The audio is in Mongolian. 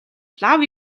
лав